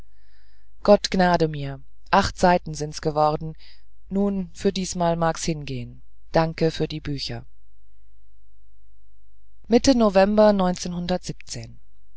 gott gnade mir seiten sinds geworden nun für diesmal mags hingehen dank für die bücher mitte november